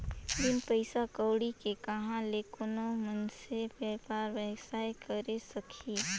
बिन पइसा कउड़ी के कहां ले कोनो मइनसे बयपार बेवसाय करे सकही